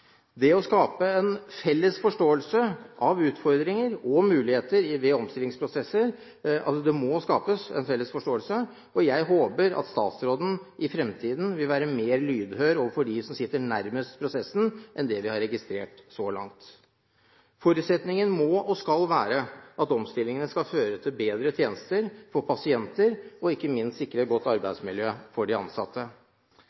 Det må skapes en felles forståelse av utfordringer og muligheter ved omstillingsprosesser, og jeg håper at statsråden i fremtiden vil være mer lydhør overfor dem som sitter nærmest prosessen, enn det vi har registrert så langt. Forutsetningen må og skal være at omstillingene skal føre til bedre tjenester for pasientene og ikke minst sikre et godt